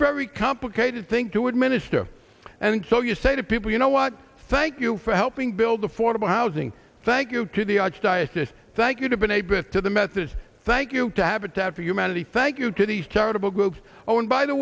very complicated thing to administer and so you say to people you know what thank you for helping build affordable housing thank you to the archdiocese thank you to b'nai b'rith to the methodist thank you to habitat for humanity thank you to these charitable groups owned by the